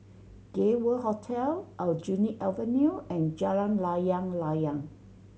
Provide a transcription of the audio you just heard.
Gay World Hotel Aljunied Avenue and Jalan Layang Layang